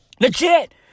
Legit